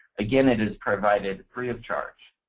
again, it is provided free of charge.